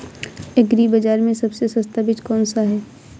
Agree बाज़ार में सबसे सस्ता बीज कौनसा है?